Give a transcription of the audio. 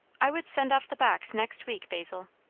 i would send off the box next week, basil.